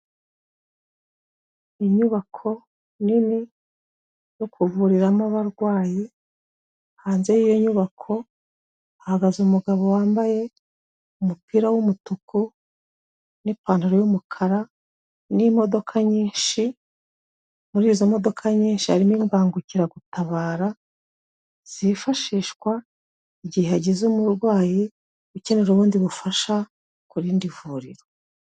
Inyubako nini, yo kuvuriramo abarwayi, hanze y'iyo nyubako hahagaze umugabo wambaye umupira w'umutuku, n'ipantaro y'umukara, n'imodoka nyinshi, muri izo modoka nyinshi harimo imbangukiragutabara, zifashishwa igihe hagize umurwayi ukenera ubundi bufasha, ku rindi vuriro.